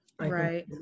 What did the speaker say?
Right